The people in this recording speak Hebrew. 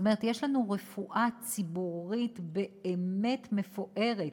זאת אומרת, יש לנו רפואה ציבורית באמת מפוארת,